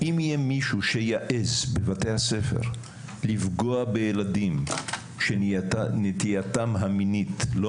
אם יהיה מישהו שיעז בבתי הספר לפגוע בילדים שנטייתם המינית לא